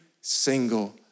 single